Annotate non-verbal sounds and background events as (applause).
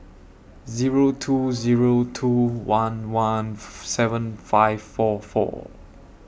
Zero two Zero two one one (noise) seven five four four